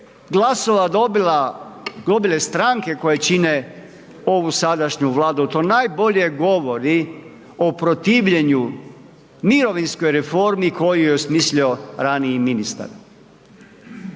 glasova dobila, dobile stranke koje čine ovu sadašnju Vladu, to najbolje govori o protivljenju, mirovinskoj reformi koju je smislio raniji ministar.